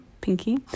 pinky